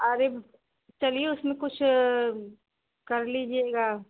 अरे चलिए उसमें कुछ कर लीजिएगा